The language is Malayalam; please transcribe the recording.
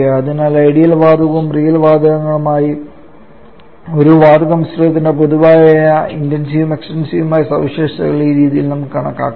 അതിനാൽ ഐഡിയൽ വാതകത്തിനും റിയൽ വാതകങ്ങൾക്കുമായി ഒരു വാതക മിശ്രിതത്തിനായുള്ള പൊതുവായ ഇന്റെൻസീവ്വും എക്സ്ടെൻസീവ്മായ സവിശേഷതകൾ ഈ രീതിയിൽ നമുക്ക് കണക്കാക്കാം